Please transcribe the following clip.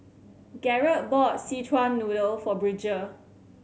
Garret bought Szechuan Noodle for Bridger